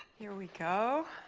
here we go.